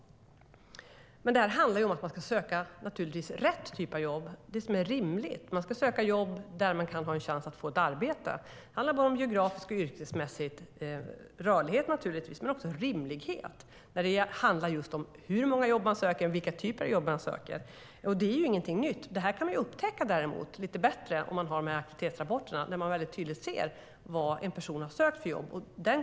Det här handlar om att söka rätt typ av jobb, det vill säga det som är rimligt. Man ska söka jobb där man har en chans att få ett arbete. Det handlar om geografisk och yrkesmässig rörlighet och även rimlighet. Det handlar just om hur många jobb man söker och vilken typ av jobb man söker. Det är ingenting nytt. Aktivitetsrapporterna gör att det tydligare syns vilka jobb en person har sökt.